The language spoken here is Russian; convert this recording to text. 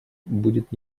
будет